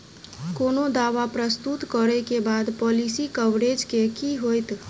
कोनो दावा प्रस्तुत करै केँ बाद पॉलिसी कवरेज केँ की होइत?